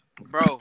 Bro